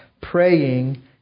praying